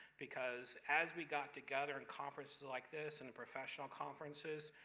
because as we got together in conferences like this, and the professional conferences,